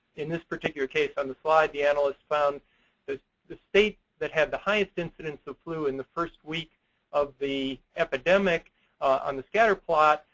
in this particular case, on the slide the analysts found the state that had the highest incidence of flu in the first week of the epidemic on the scatter plot,